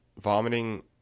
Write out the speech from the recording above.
Vomiting